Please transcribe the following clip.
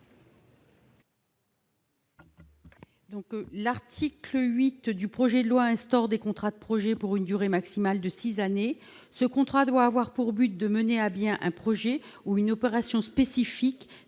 L'article 8 du projet de loi instaure des contrats de projet pour une durée maximale de six années. Ces contrats doivent avoir pour but de mener à bien un projet ou une opération spécifique